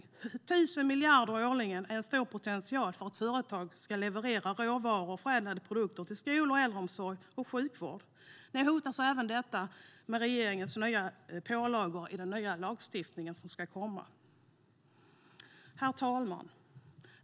1 000 miljarder årligen är en stor potential när företag ska leverera råvaror och förädlade produkter till skolor, äldreomsorg och sjukvård. Nu hotas även detta i och med regeringens nya pålagor i den nya lagstiftning som ska komma. Herr talman!